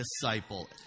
disciple